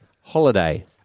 Holiday